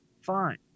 Fine